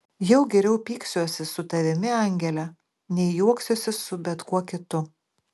jau geriau pyksiuosi su tavimi angele nei juoksiuosi su bet kuo kitu